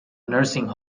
nursing